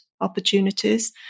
opportunities